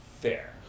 fair